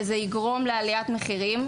וזה יגרום לעליית מחירים.